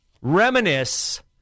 reminisce